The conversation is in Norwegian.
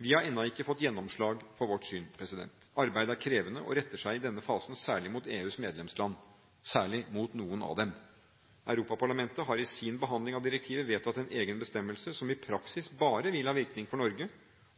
Vi har ennå ikke fått gjennomslag for vårt syn. Arbeidet er krevende og retter seg i denne fasen særlig mot noen av EUs medlemsland. Europaparlamentet har i sin behandling av direktivet vedtatt en egen bestemmelse som i praksis bare vil ha virkning for Norge,